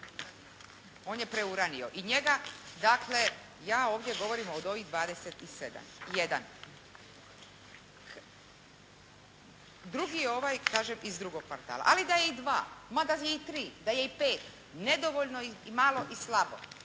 On je preuranio, i njega dakle, ja ovdje govorim od ovih 27 jedan. Drugi je ovaj kažem iz drugog kvartala. A i da je dva, ma da je i tri, da je i pet nedovoljno i malo i slabo.